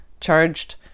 charged